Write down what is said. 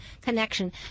connection